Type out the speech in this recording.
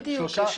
בדיוק.